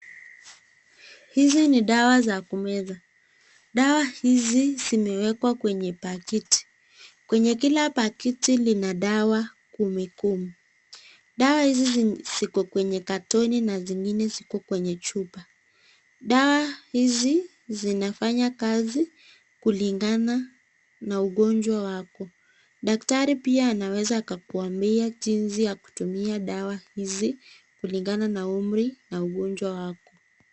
Hizi ni dawa za kumeza. Dawa hizi zimewekwa kwenye pakiti. Kwenye kila pakiti lina dawa kumi kumi. Dawa hizi ziko kwenye katoni na zingine ziko kwenye chupa. Dawa hizi zinafanya kazi kulingana na ugonjwa wako. Daktari pia anaweza akakuambia jinsi ya kutumia dawa hizi kulingana na umri na ugonjwa wako.